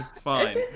fine